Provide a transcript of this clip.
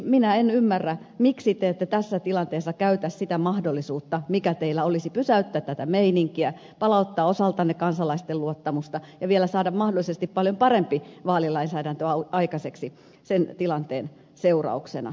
minä en ymmärrä miksi te ette tässä tilanteessa käytä sitä mahdollisuutta mikä teillä olisi pysäyttää tämä meininki palauttaa osaltanne kansalaisten luottamusta ja vielä saada mahdollisesti paljon parempi vaalilainsäädäntö aikaiseksi sen tilanteen seurauksena